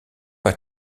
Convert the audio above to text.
pas